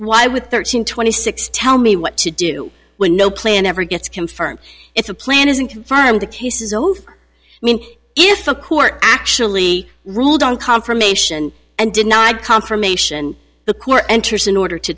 why would thirteen twenty six tell me what to do when no plan ever gets confirmed it's a plan isn't confirmed the case is over i mean if a court actually ruled on confirmation and denied confirmation the core enters in order to